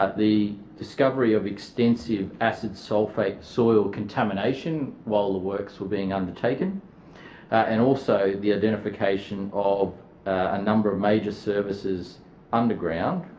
ah the discovery of extensive asset sulphate soil contamination while the works were being undertaken and also the identification of a number of major services underground,